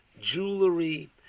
jewelry